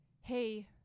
hey